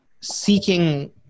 seeking